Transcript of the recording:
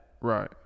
right